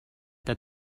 that